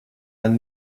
man